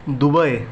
Dubai